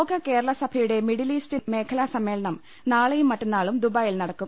ലോക കേരള സഭയുടെ middle east മേഖലാ സമ്മേളനം നാളെയും മറ്റന്നാളും ദുബൈയിൽ നടക്കും